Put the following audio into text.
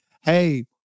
hey